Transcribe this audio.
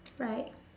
right